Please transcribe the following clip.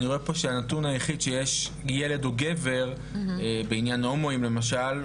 אני רואה פה שהנתון שהיחיד שיש ילד או גבר בעניין הומואים למשל,